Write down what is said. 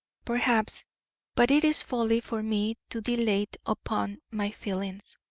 perhaps but it is folly for me to dilate upon my feelings